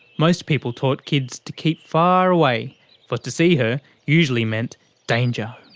most people taught kids to keep far away for to see her usually meant danger.